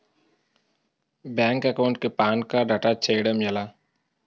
Bank account కి PAN card attach చేయడం ఎలా?